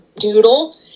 doodle